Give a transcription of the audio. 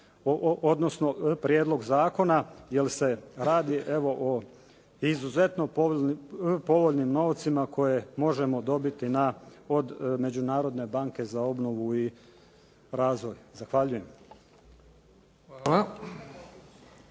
odnosno prijedlog zakona jel' se radi evo o izuzetno povoljnim novcima koje možemo dobiti od Međunarodne banke za obnovu i razvoj. Zahvaljujem.